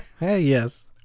yes